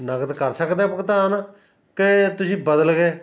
ਨਗਦ ਕਰ ਸਕਦੇ ਭੁਗਤਾਨ ਕਿ ਤੁਸੀਂ ਬਦਲ ਗਏ